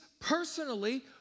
personally